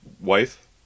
wife